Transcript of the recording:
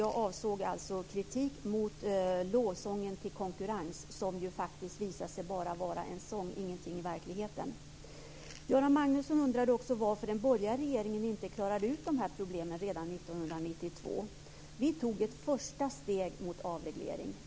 Jag avsåg alltså kritik mot lovsången till konkurrens som ju faktiskt visade sig bara vara en sång som inte betydde något i verkligheten. Göran Magnusson undrade också varför den borgerliga regeringen inte klarade ut dessa problem redan 1992. Vi tog ett första steg mot avreglering.